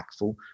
impactful